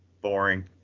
boring